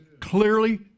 clearly